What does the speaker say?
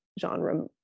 genre